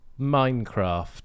Minecraft